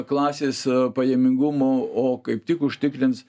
klasės pajamingumo o kaip tik užtikrins